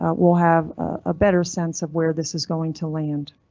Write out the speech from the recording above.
ah we'll have a better sense of where this is going to land.